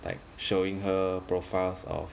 like showing her profiles of